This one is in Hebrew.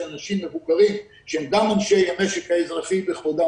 אנשים מבוגרים שהם גם אנשי המשק האזרחי בכבודם